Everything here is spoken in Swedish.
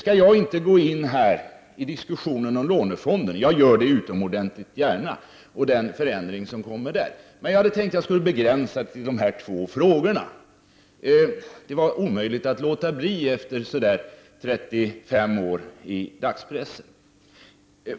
Jag skall inte gå in på diskussionen om lånefonden — i och för sig gör jag det utomordentligt gärna — och den förändring som kommer i det avseendet, utan jag skall begränsa mig till de två aktuella frågorna. Det är nämligen omöjligt att låta bli att gå in på dem efter mina 35 år i dagspressen.